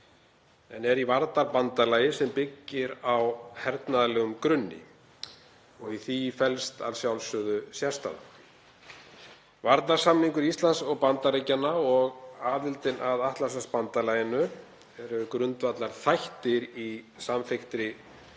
en er í varnarbandalagi sem byggir á hernaðarlegum grunni og í því felst að sjálfsögðu sérstaða. Varnarsamningur Íslands og Bandaríkjanna og aðildin að Atlantshafsbandalaginu eru grundvallarþættir í samþykktri